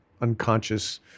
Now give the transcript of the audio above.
unconscious